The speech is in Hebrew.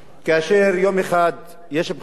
כאשר יום אחד יש בחירות,